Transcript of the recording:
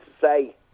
say